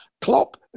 Klopp